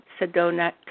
Sedona